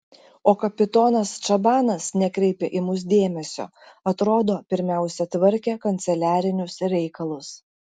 o kapitonas čabanas nekreipė į mus dėmesio atrodo pirmiausia tvarkė kanceliarinius reikalus